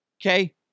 Okay